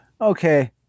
Okay